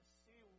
see